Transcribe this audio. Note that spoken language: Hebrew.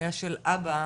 היה של אבא,